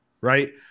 right